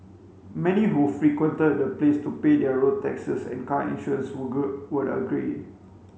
many who frequented the place to pay their road taxes and car insurance would go would agree